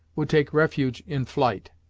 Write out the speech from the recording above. would take refuge in flight.